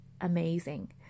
amazing